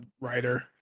writer